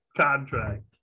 contract